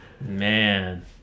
Man